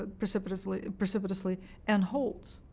ah precipitously precipitously and holds.